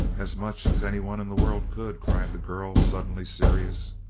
as much as anyone in the world could! cried the girl, suddenly serious.